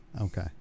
Okay